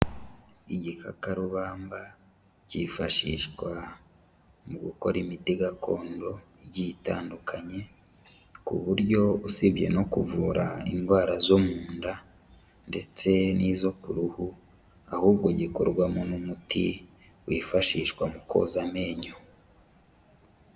Igikakarubamba kifashishwa mu gukora imiti gakondo igiye itandukanye ku buryo usibye no kuvura indwara zo munda ndetse n'izo ku ruhu ahubwo gikorwamo n'umuti wifashishwa mu koza amenyo.